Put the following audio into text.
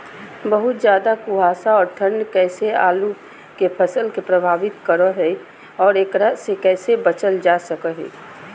बहुत ज्यादा कुहासा और ठंड कैसे आलु के फसल के प्रभावित करो है और एकरा से कैसे बचल जा सको है?